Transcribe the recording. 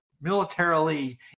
militarily